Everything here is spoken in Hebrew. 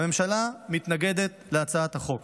הממשלה מתנגדת להצעת החוק.